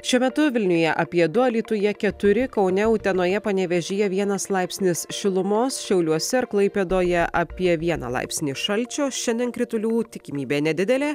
šiuo metu vilniuje apie du alytuje keturi kaune utenoje panevėžyje vienas laipsnis šilumos šiauliuose ir klaipėdoje apie vieną laipsnį šalčio šiandien kritulių tikimybė nedidelė